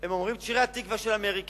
הם אומרים את שירי התקווה של אמריקה,